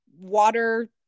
water